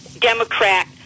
Democrat